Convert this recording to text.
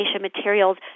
materials